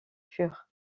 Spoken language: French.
pur